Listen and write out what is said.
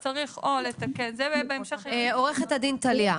אז צריך או לתקן -- עו"ד טליה,